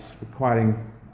requiring